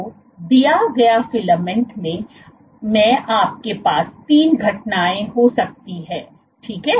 तो दिया गया फिलामेंट मैं आपके पास तीन घटनाएं हो सकती हैं ठीक है